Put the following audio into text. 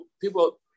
People